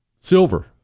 Silver